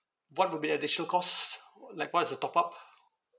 what would be the additional cost like what is the top up